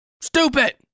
Stupid